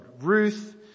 Ruth